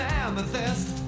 amethyst